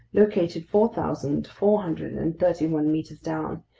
located four thousand four hundred and thirty one meters down,